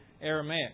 Aramaic